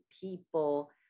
people